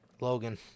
Logan